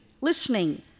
listening